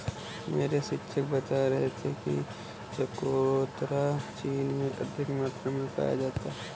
मेरे शिक्षक बता रहे थे कि चकोतरा चीन में अधिक मात्रा में पाया जाता है